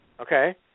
Okay